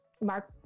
Mark